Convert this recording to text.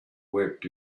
wept